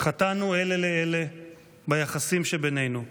חטאנו אלה לאלה ביחסים שבינינו.